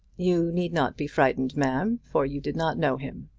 you need not be frightened, ma'am, for you did not know him.